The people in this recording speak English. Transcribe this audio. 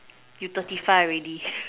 you thirty five already